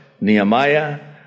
Nehemiah